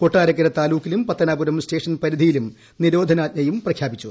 കൊട്ടാരക്കര താലൂക്കിലും പത്തനാപുരം സ്റ്റേഷൻ പരിധിയിലും നിരോധനാജ്ഞയും പ്രഖ്യാപിച്ചു